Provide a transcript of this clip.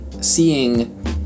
seeing